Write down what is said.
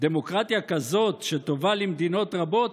דמוקרטיה כזאת, שטובה למדינות רבות,